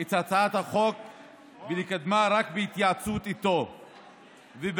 את הצעת החוק ולקדמה רק בהתייעצות איתו ובהסכמתו,